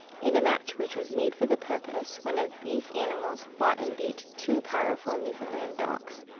in a match which was made for the purpose, one of these animals fought and beat two powerful newfoundland dogs.